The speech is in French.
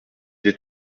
des